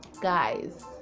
guys